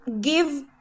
give